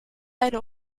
eine